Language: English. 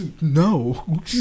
No